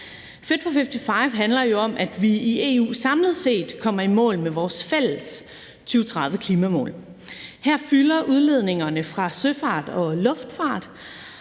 Fit for 55 handler jo om, at vi i EU samlet set kommer i mål med vores fælles 2030-klimamål. Her fylder udledningerne fra søfart og luftfart.